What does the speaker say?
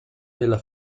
della